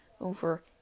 over